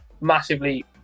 massively